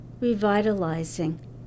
revitalizing